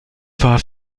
war